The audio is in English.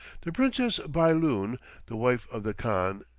the princess bailun, the wife of the khan,